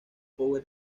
power